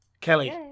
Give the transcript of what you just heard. Kelly